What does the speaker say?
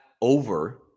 over